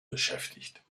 beschäftigt